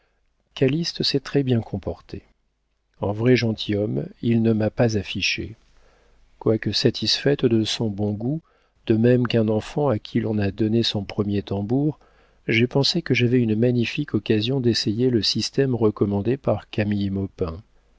calyste s'est très bien comporté en vrai gentilhomme il ne m'a pas affichée quoique satisfaite de son bon goût de même qu'un enfant à qui l'on a donné son premier tambour j'ai pensé que j'avais une magnifique occasion d'essayer le système recommandé par